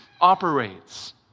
operates